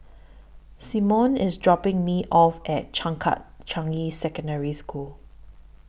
Symone IS dropping Me off At Changkat Changi Secondary School